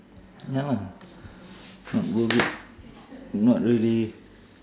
ya lah not worth it not worth it